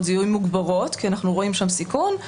זיהוי מוגברות כי אנחנו רואים שם סיכון,